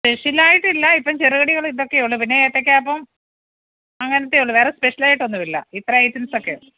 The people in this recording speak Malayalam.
സ്പെഷ്യലായിട്ടില്ല ഇപ്പം ചെറുകടികൾ ഇതൊക്കെ ഉള്ളൂ പിന്നെ ഏത്തക്കാപ്പം അങ്ങനത്തെയുള്ളൂ വേറെ സ്പെഷ്യലായിട്ടൊന്നുമില്ല ഇത്ര ഐറ്റംസൊക്കെ